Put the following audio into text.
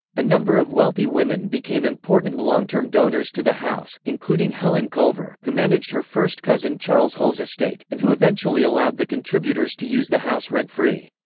a number of wealthy women became important long-term donors to the house, including helen culver, who managed her first cousin charles hull's estate, and who eventually allowed the contributors to use the house rent-free.